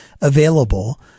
available